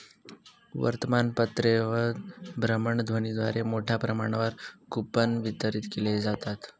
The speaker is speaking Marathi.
वर्तमानपत्रे व भ्रमणध्वनीद्वारे मोठ्या प्रमाणावर कूपन वितरित केले जातात